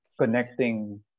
connecting